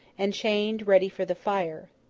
and chained ready for the fire.